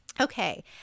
Okay